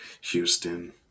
Houston